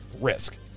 risk